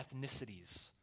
ethnicities